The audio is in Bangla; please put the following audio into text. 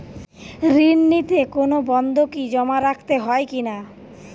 ঋণ নিতে কোনো বন্ধকি জমা রাখতে হয় কিনা?